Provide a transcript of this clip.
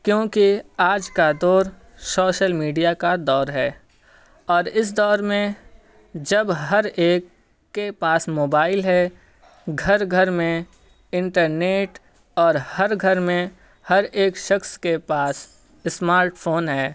کیونکہ آج کا دور شوشل میڈیا کا دور ہے اور اس دور میں جب ہر ایک کے پاس موبائل ہے گھر گھر میں انٹرنیٹ اور ہر گھر میں ہر ایک شخص کے پاس اسمارٹ فون ہے